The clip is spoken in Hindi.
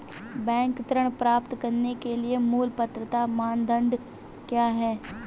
बैंक ऋण प्राप्त करने के लिए मूल पात्रता मानदंड क्या हैं?